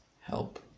help